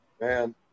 Man